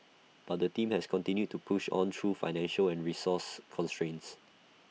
but the team has continued to push on through financial and resource constraints